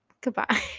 goodbye